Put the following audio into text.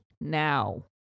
now